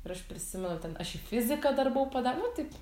ir aš prisimenu ten aš į fiziką dar buvau pada nu taip